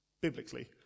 biblically